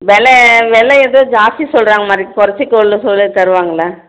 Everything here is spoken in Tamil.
விலை விலை ஏதோ ஜாஸ்தி சொல்கிறாங்க மாதிரி இருக்குது குறைச்சி சொல்ல சொல்லி தருவாங்களா